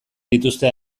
dituzte